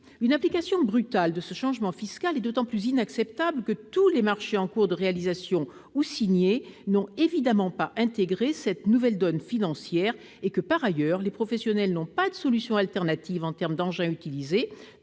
Une application brutale de ce changement fiscal est d'autant plus inacceptable que tous les marchés en cours de réalisation ou signés n'ont évidemment pas intégré cette nouvelle donne financière. En outre, les professionnels n'ont pas de solution alternative en termes d'engins, tous